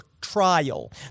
trial